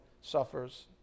suffers